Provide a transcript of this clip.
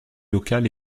locale